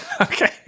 Okay